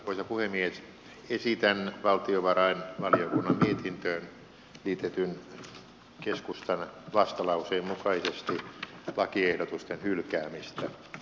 muita kuin mies ei sitä esitän valtiovarainvaliokunnan mietintöön liitetyn keskustan vastalauseen mukaisesti lakiehdotusten hylkäämistä